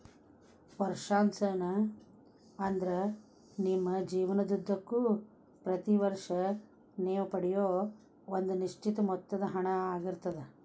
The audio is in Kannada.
ವರ್ಷಾಶನ ಅಂದ್ರ ನಿಮ್ಮ ಜೇವನದುದ್ದಕ್ಕೂ ಪ್ರತಿ ವರ್ಷ ನೇವು ಪಡೆಯೂ ಒಂದ ನಿಶ್ಚಿತ ಮೊತ್ತದ ಹಣ ಆಗಿರ್ತದ